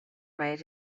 made